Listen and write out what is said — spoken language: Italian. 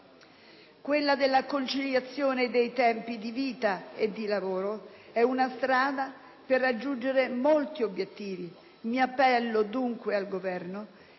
strada della conciliazione dei tempi di vita e di lavoro consentirebbe di raggiungere molti obiettivi. Mi appello dunque al Governo,